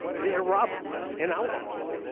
they are robbers and outlaws,